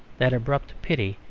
that abrupt pity,